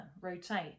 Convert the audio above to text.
rotate